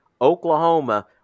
Oklahoma